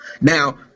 Now